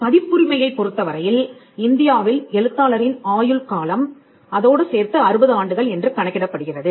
பதிப்புரிமையைப் பொருத்தவரையில் இந்தியாவில் எழுத்தாளரின் ஆயுள் காலம் அதோடு சேர்த்து அறுபது ஆண்டுகள் என்று கணக்கிடப்படுகிறது